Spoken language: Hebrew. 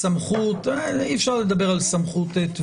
אי אפשר לדבר על סמכות.